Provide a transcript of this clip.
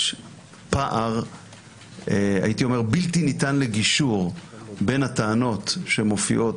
יש פער בלתי ניתן לגישור בין הטענות שמופיעות